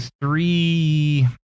three